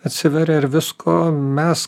atsiveria ir visko mes